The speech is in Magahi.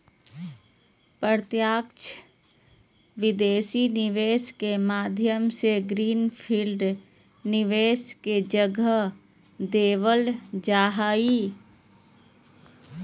प्रत्यक्ष विदेशी निवेश के माध्यम से ग्रीन फील्ड निवेश के जगह देवल जा हय